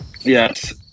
Yes